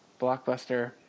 Blockbuster